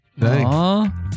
Thanks